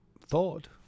thought